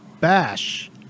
bash